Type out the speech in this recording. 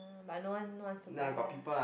uh but no one no one wants to buy lah